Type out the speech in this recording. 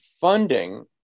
funding